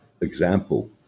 example